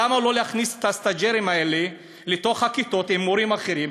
למה לא להכניס את הסטאז'רים האלה לתוך הכיתות עם מורים אחרים,